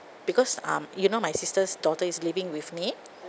because um you know my sister's daughter is living with me